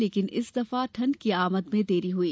लेकिन इस दफा ठंड की आमद में देरी हुई